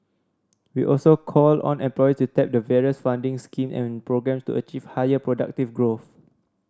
we also call on employers to tap the various funding scheme and programme to achieve higher productivity growth